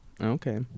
okay